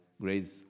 grades